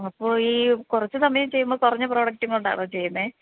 അപ്പോൾ ഈ കുറച്ച് സമയം ചെയ്യുമ്പോൾ കുറഞ്ഞ പ്രോഡക്റ്റും കൊണ്ടാണോ ചെയ്യുന്നത്